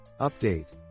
Update